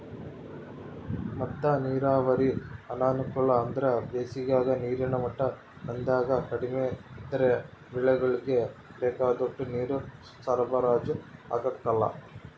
ಮದ್ದ ನೀರಾವರಿ ಅನಾನುಕೂಲ ಅಂದ್ರ ಬ್ಯಾಸಿಗಾಗ ನೀರಿನ ಮಟ್ಟ ನದ್ಯಾಗ ಕಡಿಮೆ ಇದ್ರ ಬೆಳೆಗುಳ್ಗೆ ಬೇಕಾದೋಟು ನೀರು ಸರಬರಾಜು ಆಗಕಲ್ಲ